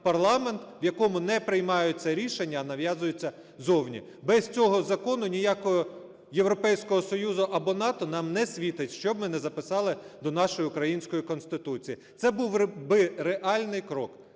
парламент, в якому не приймаються рішення, а нав'язуються ззовні. Без цього закону ніякого Європейського Союзу або НАТО нам не світить, що б ми не записали до нашої української Конституції. Це був би реальний крок.